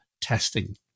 testing